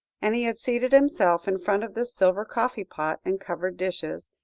and he had seated himself in front of the silver coffee-pot and covered dishes,